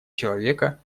человека